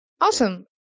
Awesome